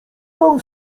tam